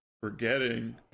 forgetting